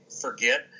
forget